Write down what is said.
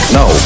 no